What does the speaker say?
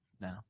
no